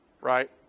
right